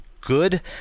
good